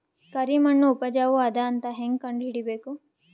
ಕರಿಮಣ್ಣು ಉಪಜಾವು ಅದ ಅಂತ ಹೇಂಗ ಕಂಡುಹಿಡಿಬೇಕು?